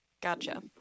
Gotcha